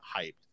hyped